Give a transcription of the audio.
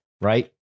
right